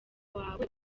wawe